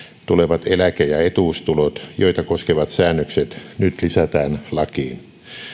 tulevat eläke ja etuustulot joita koskevat säännökset nyt lisätään lakiin